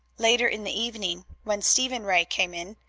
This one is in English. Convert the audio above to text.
later in the evening, when stephen ray came in,